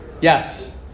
Yes